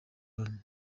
loni